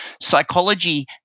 psychology